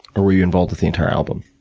or, were you involved with the entire album?